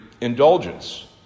indulgence